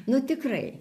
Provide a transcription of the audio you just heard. nu tikrai